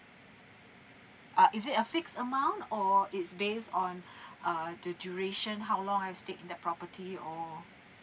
uh is it a fixed amount or it's based on uh the duration how long I've stayed in the property or